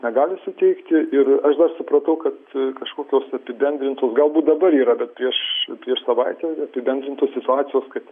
negali suteikti ir aš dar supratau kad kažkokios apibendrintos galbūt dabar yra bet prieš prieš savaitę apibendrintos situacijos kad